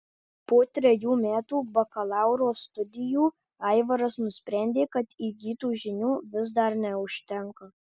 po trejų metų bakalauro studijų aivaras nusprendė kad įgytų žinių vis dar neužtenka